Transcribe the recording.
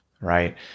Right